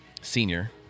senior